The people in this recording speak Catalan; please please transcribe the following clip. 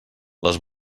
les